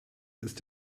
ist